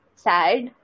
sad